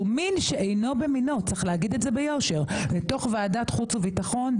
שהוא מין בשאינו מינו צריך להגיד את זה ביושר לוועדת חוץ וביטחון,